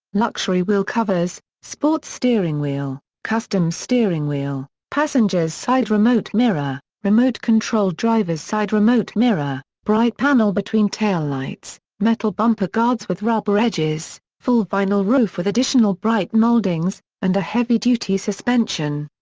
luxury wheel covers, sports steering wheel, custom steering wheel, passenger's side remote mirror, remote-controlled driver's side remote mirror, bright panel between taillights, metal bumper guards with rubber edges, full vinyl roof with additional bright moldings, and a heavy-duty suspension.